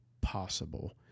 possible